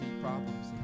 problems